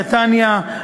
נתניה,